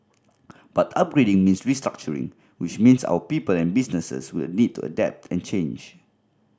but upgrading means restructuring which means our people and businesses will need to adapt and change